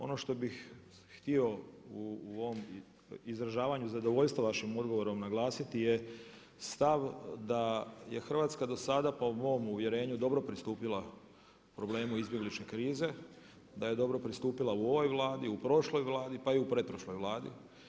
Ono što bih htio u ovom izražavanju zadovoljstva vašim odgovorom naglasiti je stav da je Hrvatska do sada po mom uvjerenju dobro pristupila problemu izbjegličke krize, da je dobro pristupila u ovoj Vladi, u prošloj Vladi pa i u pretprošloj Vladi.